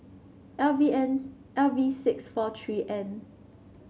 L V N L V six four three N